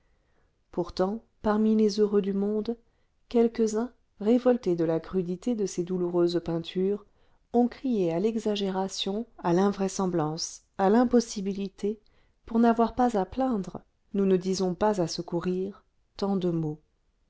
pourtant parmi les heureux du monde quelques-uns révoltés de la crudité de ces douloureuses peintures ont crié à l'exagération à l'invraisemblance à l'impossibilité pour n'avoir pas à plaindre nous ne disons pas à secourir tant de maux